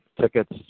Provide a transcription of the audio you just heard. tickets